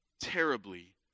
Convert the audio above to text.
terribly